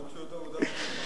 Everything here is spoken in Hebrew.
חוק שעות עבודה ומנוחה.